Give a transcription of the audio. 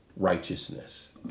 Righteousness